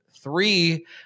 Three